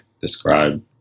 describe